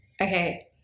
okay